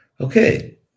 Okay